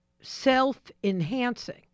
self-enhancing